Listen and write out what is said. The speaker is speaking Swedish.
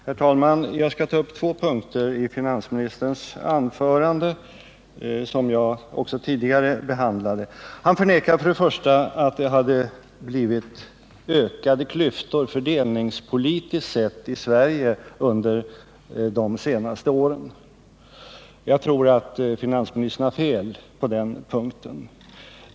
Herr talman! Jag skall ta upp två punkter i budgetoch ekonomiministerns anförande som jag också tidigare behandlade. Herr Mundebo förnekar att det blivit ökade klyftor, fördelningspolitiskt sett, i Sverige under de senaste åren. Jag anser att han har fel på den punkten.